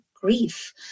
grief